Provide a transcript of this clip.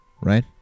right